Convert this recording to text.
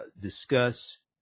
discuss